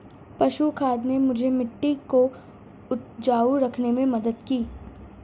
पशु खाद ने मुझे मिट्टी को उपजाऊ रखने में मदद की